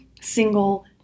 single